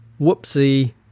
Whoopsie